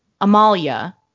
Amalia